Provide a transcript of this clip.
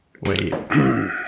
Wait